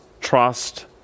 trust